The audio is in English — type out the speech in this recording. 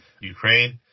Ukraine